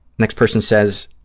next person says,